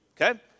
okay